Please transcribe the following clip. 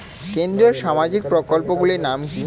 কেন্দ্রীয় সামাজিক প্রকল্পগুলি নাম কি কি?